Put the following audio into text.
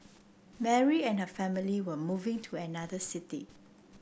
Mary and her family were moving to another city